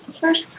First